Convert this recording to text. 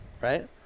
Right